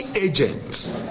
agent